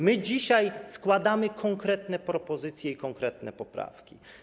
My dzisiaj składamy konkretne propozycje i konkretne poprawki.